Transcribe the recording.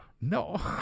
No